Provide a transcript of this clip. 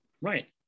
Right